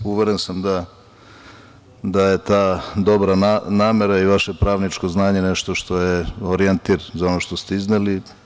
Uveren sam da je ta dobra namera i vaše pravničko znanje nešto što je orijentir za ono što ste izneli.